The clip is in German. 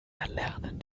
erlernen